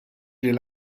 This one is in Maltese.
lill